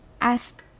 Ask